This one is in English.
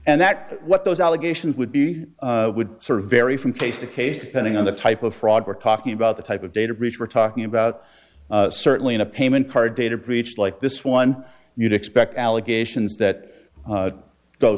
and that what those allegations would be would sort of vary from case to case depending on the type of fraud we're talking about the type of data breach we're talking about certainly in a payment card data breach like this one you'd expect allegations that